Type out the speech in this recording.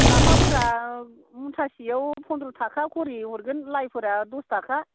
लाफाफोरा मुथासेयाव फन्द्र थाखा खरि हरगोन लाइफोरा दस थाखा